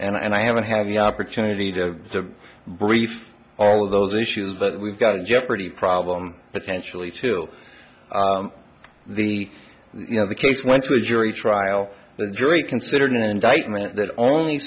reminded and i haven't had the opportunity to brief all of those issues but we've got a jeopardy problem potentially to the you know the case went to a jury trial the jury considered indictment that only